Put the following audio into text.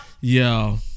Yo